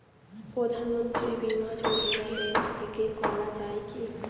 প্রধানমন্ত্রী বিমা যোজনা ব্যাংক থেকে করা যায় কি?